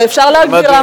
אפשר להגביר רמקולים?